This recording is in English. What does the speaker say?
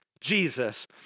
Jesus